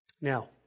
Now